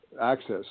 access